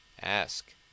Ask